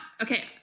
okay